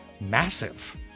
massive